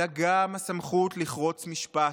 אלא גם הסמכות לחרוץ משפט,